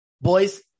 boys